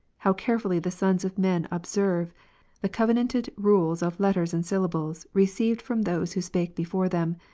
how carefully the sons of men observe the cove nanted rules of letters and syllables received from those who spake before them,